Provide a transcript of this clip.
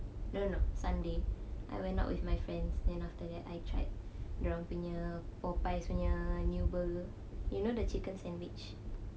no no no sunday I went out with my friends then after that I tried dia orang punya Popeyes punya new burger you know the chicken sandwich